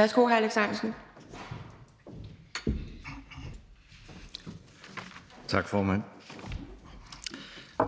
Ahrendtsen (DF): Tak, formand.